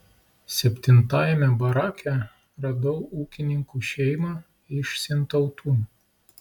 septintajame barake radau ūkininkų šeimą iš sintautų